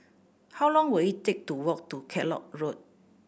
how long will it take to walk to Kellock Road